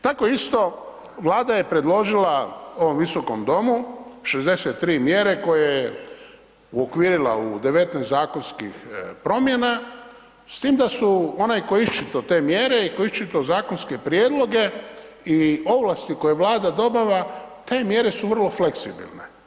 Tako isto Vlada je predložila ovom Visokom domu 63 mjere koje je uokvirila u 19 zakonskih promjena s tim da su onaj ko je iščitao te mjere i ko je iščitao zakonske prijedloge i ovlasti koje je Vlada dobiva, te mjere su vrlo fleksibilne.